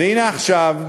והנה, עכשיו,